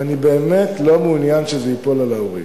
ואני באמת לא מעוניין שזה ייפול על ההורים.